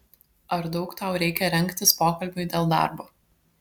ar daug tau reikia rengtis pokalbiui dėl darbo